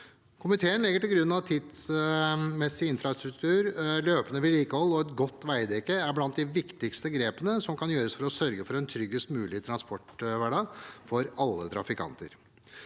Komiteen legger til grunn at tidsmessig infrastruktur, løpende vedlikehold og et godt veidekke er blant de viktigste grepene som kan gjøres for å sørge for en tryggest mulig transporthverdag for alle trafikanter.